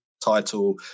title